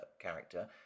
character